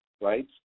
right